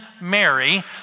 Mary